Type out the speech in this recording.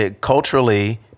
culturally